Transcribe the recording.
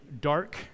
dark